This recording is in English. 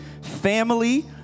family